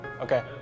Okay